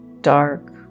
dark